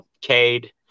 Cade